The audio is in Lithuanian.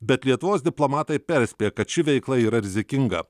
bet lietuvos diplomatai perspėja kad ši veikla yra rizikinga